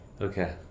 Okay